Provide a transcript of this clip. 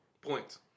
points